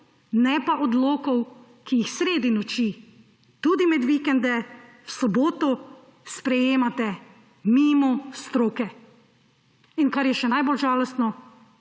ne pa odlokov, ki jih sredi noči, tudi med vikendi, v soboto sprejemate mimo stroke. In kar je še najbolj žalostno,